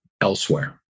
elsewhere